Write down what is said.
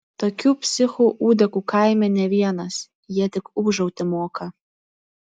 tokių psichų ūdekų kaime ne vienas jie tik ūžauti moka